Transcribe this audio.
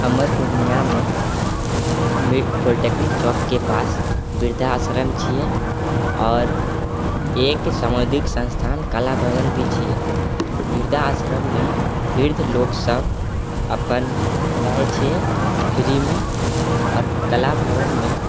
हमर पूर्णियामे पॉलिटेक्निक चौकके पास वृद्धा आश्रम छियै आओर एक सामुदायिक संस्थान कला भवन भी छियै वृद्धा आश्रममे वृद्ध लोकसब अपन रहै छियै फ्रीमे आओर कला भवनमे